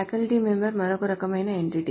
faculty member మరొక రకమైన entity